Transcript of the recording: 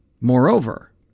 Moreover